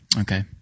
Okay